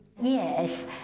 Yes